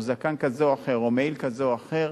בעלת זקן כזה או אחר או מעיל כזה או אחר,